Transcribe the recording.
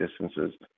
distances